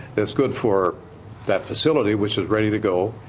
that's good for that facility, which is ready to go.